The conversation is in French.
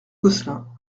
gosselin